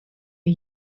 are